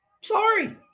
sorry